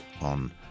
on